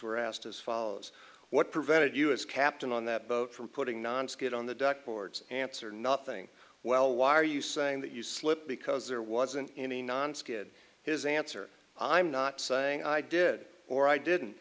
were asked as follows what prevented us captain on that boat from putting nonskid on the deck boards answer nothing well why are you saying that you slipped because there wasn't any nonskid his answer i'm not saying i did or i didn't